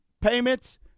payments